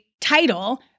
title